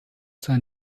sein